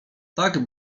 tak